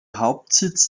hauptsitz